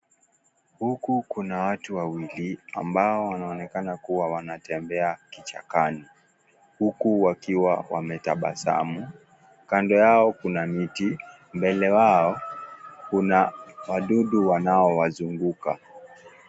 Huku kuna watu wawili ambao wanaonekana kuwa wanatembea kichakani , huku wakiwa wametabasamu . Kando yao kuna miti mbele wao kuna wadudu wanao wazungunga.